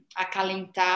acalentar